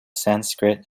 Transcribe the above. sanskrit